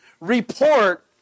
report